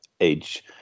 age